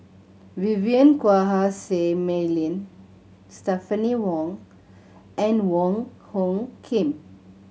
Vivien Quahe Seah Mei Lin Stephanie Wong and Wong Hung Khim